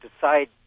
decide